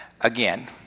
again